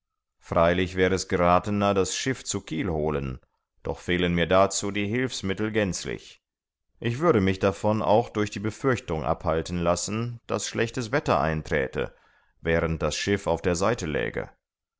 freilich wäre es gerathener das schiff zu kielholen doch fehlen mir dazu die hilfsmittel gänzlich ich würde mich davon auch durch die befürchtung abhalten lassen daß schlechtes wetter einträte während das schiff auf der seite läge